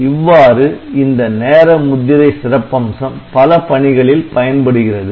இவ்வாறு இந்த நேர முத்திரை சிறப்பம்சம் பல பணிகளில் பயன்படுகிறது